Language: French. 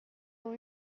ont